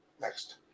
Next